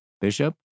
bishop